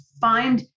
find